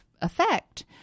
effect